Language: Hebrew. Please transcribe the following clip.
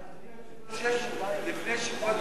לפני שכבוד השר יגיב,